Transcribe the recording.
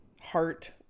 heart